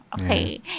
okay